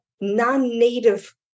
non-native